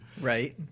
Right